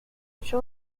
sure